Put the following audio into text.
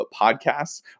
podcasts